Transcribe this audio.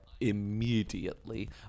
immediately